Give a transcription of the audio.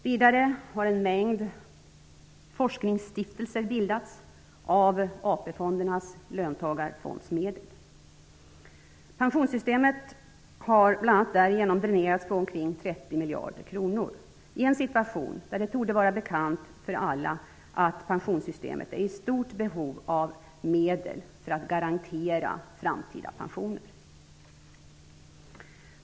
Vidare har en mängd forskningsstiftelser bildats av Pensionssystemet har därigenom dränerats på omkring 30 miljarder i en situation där det torde vara bekant för alla att pensionssystemet är i stort behov av medel för att garantera framtida pensioner.